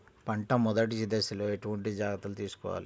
పంట మెదటి దశలో ఎటువంటి జాగ్రత్తలు తీసుకోవాలి?